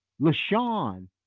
LaShawn